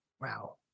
wow